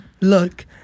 Look